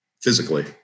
physically